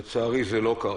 לצערי זה לא קרה.